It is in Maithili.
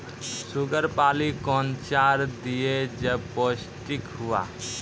शुगर पाली कौन चार दिय जब पोस्टिक हुआ?